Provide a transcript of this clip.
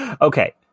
Okay